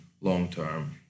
long-term